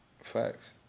facts